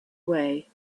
way